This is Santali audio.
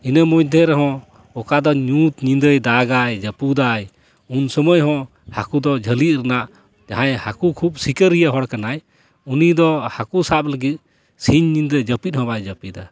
ᱤᱱᱟᱹ ᱢᱚᱫᱽᱫᱷᱮ ᱨᱮᱦᱚᱸ ᱚᱠᱟ ᱫᱚ ᱧᱩᱛ ᱧᱤᱸᱫᱟᱹᱭ ᱫᱟᱜᱟᱭ ᱡᱟᱹᱯᱩᱫᱟᱭ ᱩᱱᱥᱩᱢᱟᱹᱭ ᱦᱚᱸ ᱦᱟᱹᱠᱩ ᱫᱚ ᱡᱷᱟᱹᱞᱤ ᱨᱮᱱᱟᱜ ᱡᱟᱦᱟᱸᱭ ᱦᱟᱹᱠᱩ ᱠᱷᱩᱵᱽ ᱥᱤᱠᱟᱹᱨᱤᱭᱟᱹ ᱦᱚᱲ ᱠᱟᱱᱟᱭ ᱩᱱᱤ ᱫᱚ ᱦᱟᱹᱠᱩ ᱥᱟᱵ ᱞᱟᱜᱤᱫ ᱥᱤᱧ ᱧᱤᱫᱟᱹ ᱡᱟᱹᱯᱤᱫ ᱦᱚᱸ ᱵᱟᱭ ᱡᱟᱹᱯᱤᱫᱟ